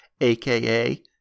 aka